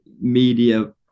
media